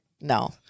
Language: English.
no